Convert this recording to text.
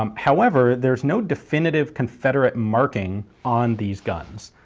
um however there's no definitive confederate marking on these guns.